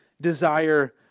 desire